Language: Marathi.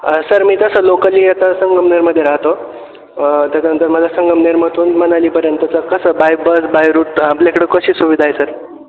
सर मी तसं लोकली आता संगमनेरमध्ये राहतो त्याच्यानंतर मला संगमनेरमधून मनालीपर्यंतच कसं बाय बस बाय रूट आपल्याकडं कशी सुविधा आहे सर